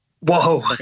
whoa